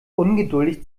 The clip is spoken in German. ungeduldig